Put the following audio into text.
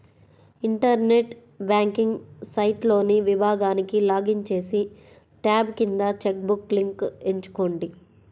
internet banking సైట్లోని విభాగానికి login చేసి, ట్యాబ్ కింద చెక్ బుక్ లింక్ ఎంచుకోండి